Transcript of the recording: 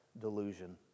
delusion